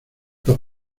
los